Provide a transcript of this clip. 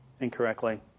incorrectly